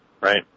right